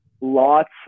lots